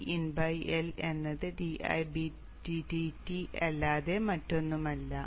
Vin L എന്നത് അല്ലാതെ മറ്റൊന്നുമല്ല